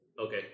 Okay